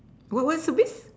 what what service